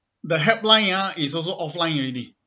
the headline ya is also offline already